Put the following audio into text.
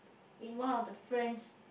in one of the friend's